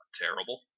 terrible